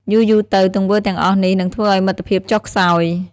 យូរៗទៅ ទង្វើទាំងអស់នេះនឹងធ្វើឱ្យមិត្តភាពចុះខ្សោយ។